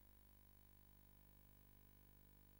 רצח העם שבוצע